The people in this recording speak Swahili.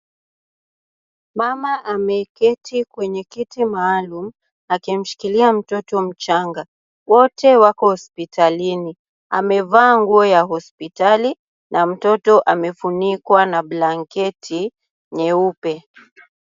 Mama ameketi kwenye kiti maalum akimshikilia mtoto mchanga. Wote wako hospitalini. Amevaa nguo ya hospitali na mtoto amefunikwa na blanketi nyeupe.